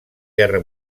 guerra